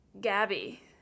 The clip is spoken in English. Gabby